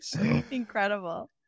Incredible